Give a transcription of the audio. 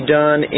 done